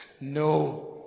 No